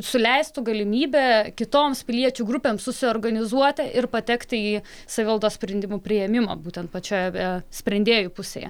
suleistų galimybę kitoms piliečių grupėms susiorganizuoti ir patekti į savivaldos sprendimų priėmimą būtent pačioje sprendėjų pusėje